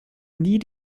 nie